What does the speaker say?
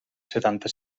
setanta